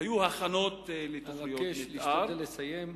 היו הכנות לתוכניות מיתאר,